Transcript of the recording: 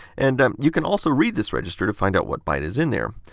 and um you can also read this register to find out what byte is in there.